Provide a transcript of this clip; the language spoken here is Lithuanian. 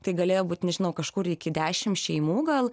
tai galėjo būt nežinau kažkur iki dešim šeimų gal